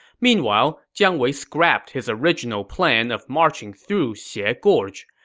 meanwhile, jiang wei scrapped his original plan of marching through xie ah gorge.